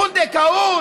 פונדקאות,